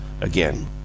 again